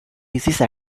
disease